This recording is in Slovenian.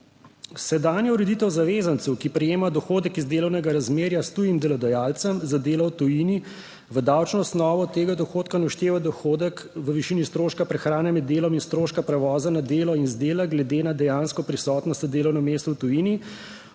Sedanja ureditev zavezancu, ki prejemajo dohodek iz delovnega razmerja s tujim delodajalcem za delo v tujini v davčno osnovo od tega dohodka ne všteva dohodek v višini stroška prehrane med delom in stroška prevoza na delo in z dela glede na dejansko prisotnost na delovnem mestu v tujini,